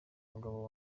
umugabo